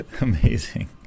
amazing